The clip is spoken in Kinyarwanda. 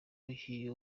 umukinnyi